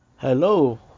Hello